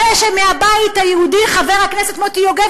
זה שחבר הכנסת מוטי יוגב,